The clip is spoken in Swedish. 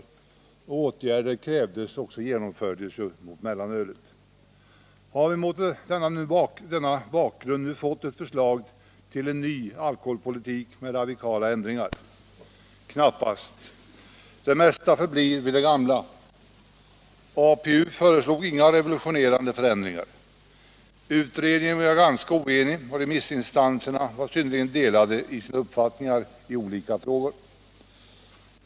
Åtgärder mot mellanölet krävdes och genomfördes också. Har vi mot denna bakgrund nu fått ett förslag till en ny alkoholpolitik med radikala ändringar? Knappast! Det mesta förblir vid det gamla. APU föreslog inga revolutionerande ändringar. Utredningen var ganska oenig, och remissinstanserna hade mycket olika uppfattningar i skilda frågor.